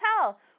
tell